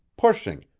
pushing,